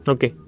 Okay